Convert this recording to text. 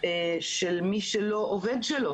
של מי שלא עובד שלו